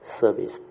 service